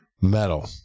metal